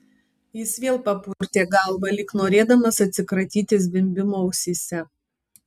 jis vėl papurtė galvą lyg norėdamas atsikratyti zvimbimo ausyse